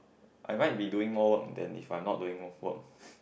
I might be doing more work than if I not doing more work